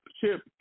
chip